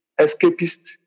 escapist